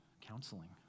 Counseling